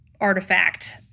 artifact